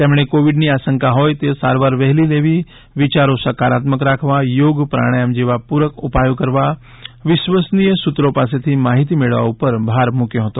તેમણે કોવીડની આશંકા હોય તો સારવાર વહેલી લેવી વિયારો સકારાત્મક રાખવા યોગ પ્રાણાયમ જેવા પૂરક ઉપાયો કરવા વિશ્વસનીય સૂત્રો પાસેથી માહિતી મેળવવા ઉપર ભાર મૂકયો હતો